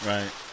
Right